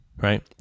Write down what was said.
right